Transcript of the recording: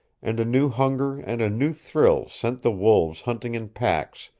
and a new hunger and a new thrill sent the wolves hunting in packs,